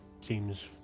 seems